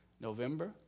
November